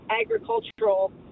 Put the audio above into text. agricultural